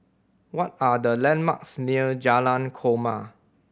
what are the landmarks near Jalan Korma